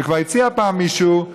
וכבר הציע פעם מישהו,